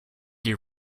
you